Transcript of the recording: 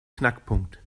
knackpunkt